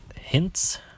hints